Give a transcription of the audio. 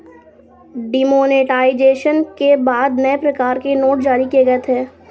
demonetisation के बाद नए प्रकार के नोट जारी किए गए थे